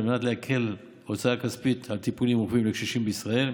על מנת להקל בהוצאה הכספית על טיפולים רפואיים לקשישים בישראל,